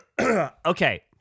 Okay